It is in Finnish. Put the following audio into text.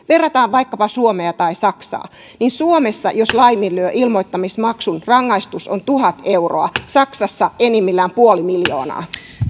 verrataan vaikkapa suomea ja saksaa niin suomessa jos laiminlyö ilmoittamismaksun rangaistus on tuhat euroa saksassa enimmillään puoli miljoonaa